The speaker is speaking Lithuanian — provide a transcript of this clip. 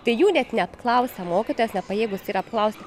tai jų net neapklausia mokytojas nepajėgus yr apklausti